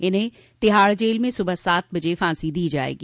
इन्हें तिहाड़ जेल में सुबह सात बजे फांसी दी जायेगी